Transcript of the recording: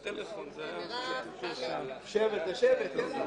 לא קשור לדיון שאנחנו דנים בו עכשיו,